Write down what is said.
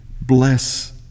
bless